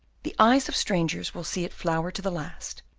the eyes of strangers will see it flower to the last.